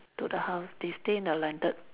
to the house they stay in a landed